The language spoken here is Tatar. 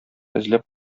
эзләп